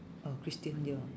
oh christian dior